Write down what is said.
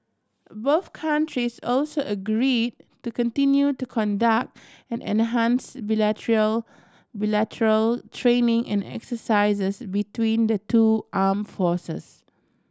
both countries also agree to continue to conduct and enhance bilateral bilateral training and exercises between the two arm forces